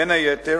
בין היתר,